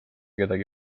kedagi